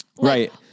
Right